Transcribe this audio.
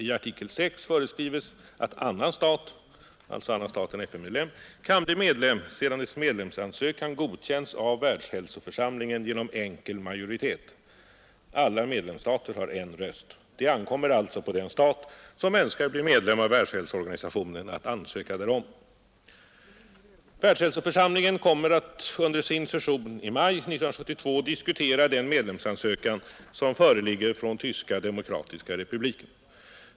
I artikel 6 föreskrives, att annan stat kan bli medlem sedan dess medlemsansökan godkänts av Världshälsoförsam lingen genom enkel majoritet. Alla medlemsstater har en röst. Det ankommer alltså på den stat, som önskar bli medlem av WHO, att ansöka därom. Världshälsoförsamlingen kommer under sin session i maj 1972 att diskutera den medlemsansökan som föreligger från den Tyska demokratiska republiken.